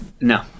No